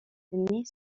ennemis